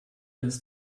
ist